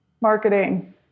marketing